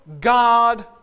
God